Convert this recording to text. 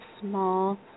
small